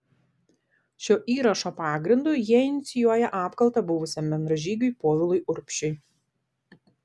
šio įrašo pagrindu jie inicijuoja apkaltą buvusiam bendražygiui povilui urbšiui